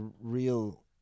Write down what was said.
real